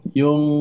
yung